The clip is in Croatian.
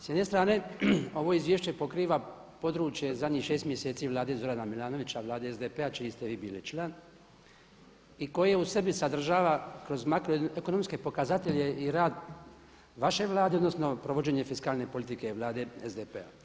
S jedne strane ovo izvješće pokriva područje zadnjih šest mjeseci Vlade Zorana Milanovića, Vlade SDP-a čiji ste vi bili član i koje u sebi sadržava kroz makro ekonomske pokazatelje i rad vaše Vlade odnosno provođenje fiskalne politike Vlade SDP-a.